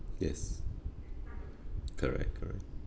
yes correct correct